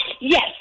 Yes